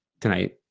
tonight